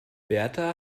berta